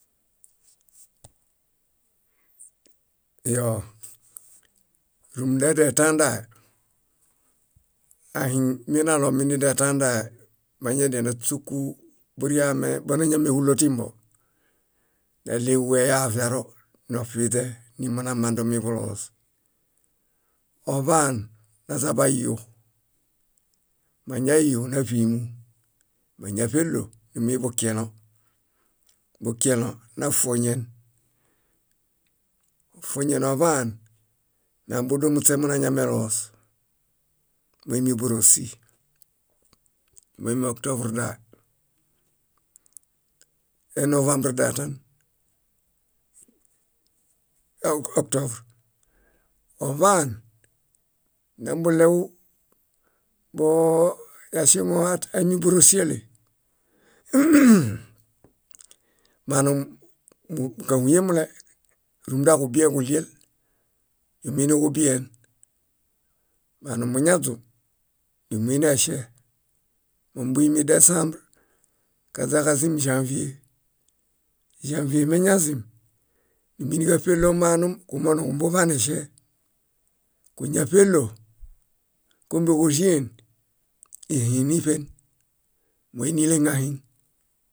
. Iyoo, rúmunda detãdae, ahiŋ minalomi nidetãdae miñadia náśoku buriame bónañamehulo timbo, náɭeġu eyaviaro noṗiźe nimonamandomi buloos. Oḃaan naźabayu, mañayu náṗiimu, máñaṗelo numuiḃukielõ, bukielõ nafuoñen, ofuoñen oḃaan nambudus muśemonañameloos, moimiborosi, moimioktovr dae ee- novembr daetan eeo- oktovr. Oḃaan, nembuɭew boo yaŝeŋo at- aimi bóroŝale, hũhũ manum káhuyen mule, rúmunda kubiẽġuɭi, numuiniġubien. Manumuñaźũ, numuinieŝe, mombuinidesambr kaźaġazĩĵãvie. Ĵãvie meñazim, numumbuini káṗelo manum kumooġo nuġumbuḃaneŝe. Kúñaṗelo kómboġoĵen, íhiniṗen: moini íleŋahiŋ.